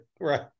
Right